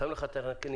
שם לך את הנקניקייה,